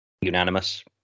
unanimous